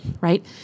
Right